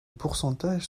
pourcentages